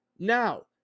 Now